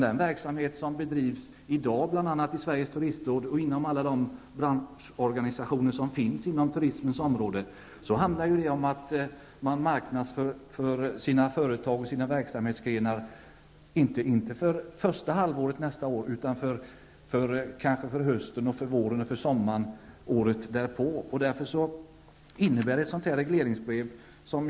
Den verksamhet som nu pågår inom Sveriges turistråd och alla de branschorganisationer som finns på området sker inte med inriktning på första halvåret nästa år, utan den siktar till att få hit turister under hösten eller våren och sommaren året därpå.